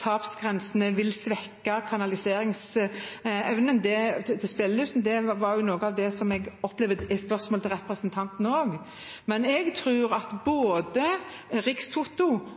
tapsgrensene vil svekke kanaliseringsevnen til spillelysten, og det var også noe av det jeg opplevde spørsmålet til representanten handlet om. Jeg tror at både Rikstoto